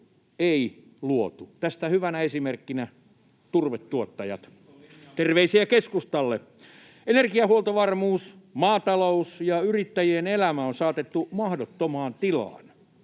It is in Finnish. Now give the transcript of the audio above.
[Eduskunnasta: Niikon linja oli parempi!] Terveisiä keskustalle. Energiahuoltovarmuus, maatalous ja yrittäjien elämä on saatettu mahdottomaan tilaan.